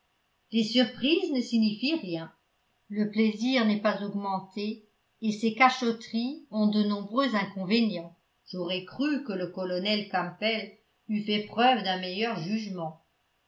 les surprises ne signifient rien le plaisir n'est pas augmenté et ces cachotteries ont de nombreux inconvénients j'aurais cru que le colonel campbell eût fait preuve d'un meilleur jugement